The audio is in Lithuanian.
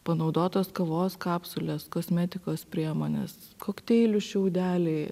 panaudotos kavos kapsulės kosmetikos priemonės kokteilių šiaudeliai